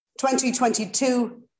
2022